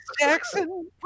Jackson